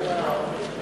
הנשיא הבא יהיה חקלאי?